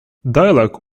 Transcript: dialogue